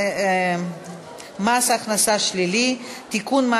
(מס הכנסה שלילי) (תיקון,